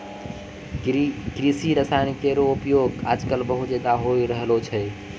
कृषि रसायन केरो उपयोग आजकल बहुत ज़्यादा होय रहलो छै